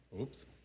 Oops